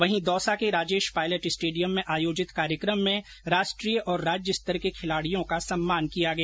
वहीं दौसा के राजेश पायलट स्टेडियम में आयोजित कार्यक्रम में राष्ट्रीय और राज्य स्तर के खिलाड़ियों का सम्मान किया गया